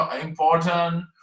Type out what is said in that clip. important